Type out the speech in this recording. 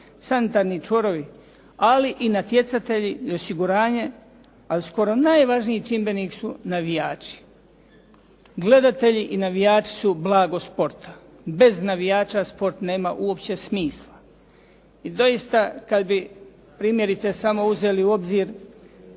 sanitarni čvorovi ali i natjecatelji i osiguranje, ali skoro najvažniji čimbenik su navijači. Gledatelji i navijači su blago sporta. Bez navijača sport nema uopće smisla. I doista, kad bi primjerice samo uzeli u obzir